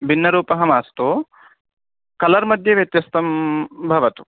भिन्नरूपं मास्तु कलर् मध्ये व्यत्यासः भवतु